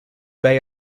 bay